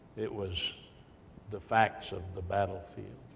it was the facts of the battlefield.